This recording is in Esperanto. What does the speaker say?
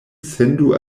sendu